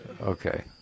Okay